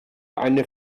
eine